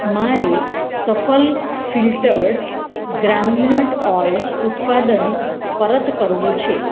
મારે Safal filtered groundnut oil ઉત્પાદન પરત કરવું છે